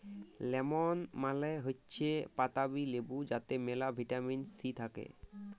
lemon মালে হৈচ্যে পাতাবি লেবু যাতে মেলা ভিটামিন সি থাক্যে